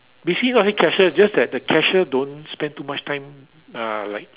basically not say cashier just that the cashier don't spend too much time uh like